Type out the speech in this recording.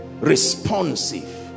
Responsive